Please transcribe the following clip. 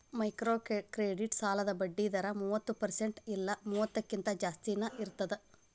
microcredit ಸಾಲದ್ ಬಡ್ಡಿ ದರ ಮೂವತ್ತ ಪರ್ಸೆಂಟ್ ಇಲ್ಲಾ ಮೂವತ್ತಕ್ಕಿಂತ ಜಾಸ್ತಿನಾ ಇರ್ತದ